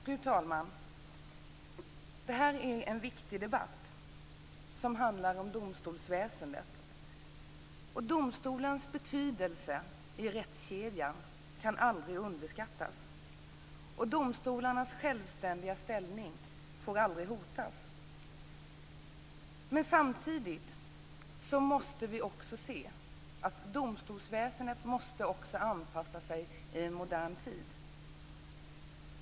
Fru talman! Det här är en viktig debatt, som handlar om domstolsväsendet. Domstolens betydelse i rättskedjan kan aldrig underskattas. Domstolarnas självständiga ställning får aldrig hotas. Men samtidigt måste vi se att också domstolsväsendet måste anpassa sig i en modern tid.